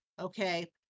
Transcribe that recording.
okay